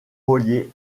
relié